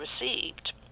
received